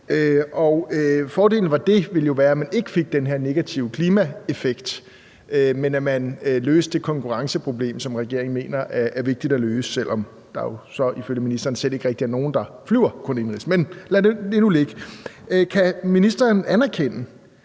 ville jo være, at man ikke fik den her negative klimaeffekt, men at man løste det konkurrenceproblem, som regeringen mener er vigtigt at løse, selv om der jo så ifølge ministeren slet ikke rigtig er nogen, der kun flyver indenrigs. Men lad det nu ligge. Kan ministeren anerkende,